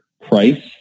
price